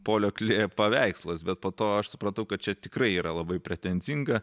polio klė paveikslas bet po to aš supratau kad čia tikrai yra labai pretenzinga